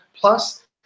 Plus